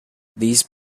these